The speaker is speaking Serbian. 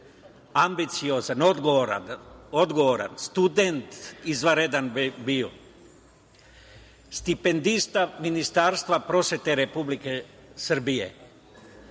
ambiciozan, odgovoran, student bio izvanredan, stipendista Ministarstva prosvete Republike Srbije